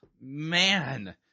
Man